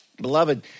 Beloved